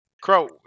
crow